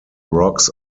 rocks